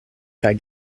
kaj